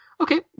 Okay